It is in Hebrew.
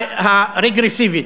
הרגרסיבית?